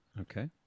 Okay